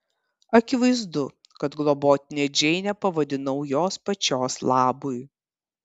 akivaizdu kad globotine džeinę pavadinau jos pačios labui